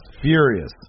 furious